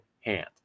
hand